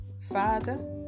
Father